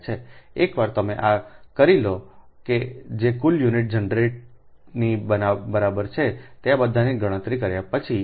એકવાર તમે આ કરી લો કે જે કુલ યુનિટ જનરેટની બરાબર છે તે આ બધાની ગણતરી કર્યા પછી તે is 37